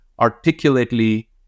articulately